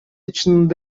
чынында